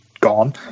gone